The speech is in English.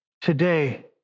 today